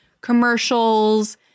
commercials